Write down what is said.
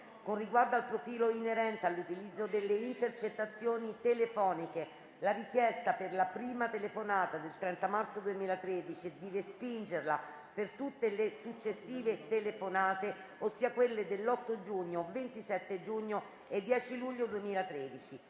con riguardo al profilo inerente all'utilizzo delle intercettazioni telefoniche, di accogliere la richiesta per la prima telefonata (del 30 marzo 2013) e di respingerla per tutte le successive telefonate, ossia quelle dell'8 giugno, 27 giugno e 10 luglio 2013;